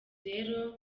rero